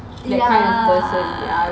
ya